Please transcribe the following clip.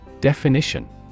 Definition